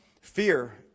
fear